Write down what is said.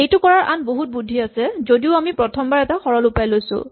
এইটো কৰাৰ আন বহু বুদ্ধি আছে যদিও আমি প্ৰথমবাৰ এটা সৰল উপায় লৈছো